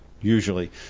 usually